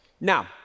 Now